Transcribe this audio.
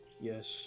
Yes